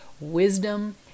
wisdom